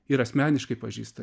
ir asmeniškai pažįsta